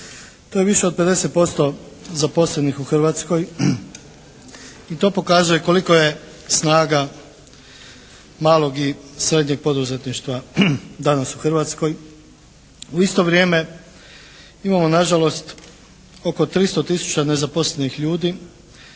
To je više od 50% zaposlenih u Hrvatskoj i to pokazuje kolika je snaga malog i srednjeg poduzetništva danas u Hrvatskoj. U isto vrijeme imamo nažalost oko 300 tisuća nezaposlenih ljudi.